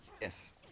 Yes